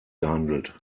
gehandelt